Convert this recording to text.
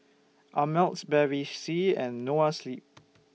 Ameltz Bevy C and Noa Sleep